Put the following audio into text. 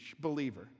believer